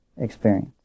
experience